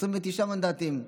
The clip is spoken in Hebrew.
29 מנדטים.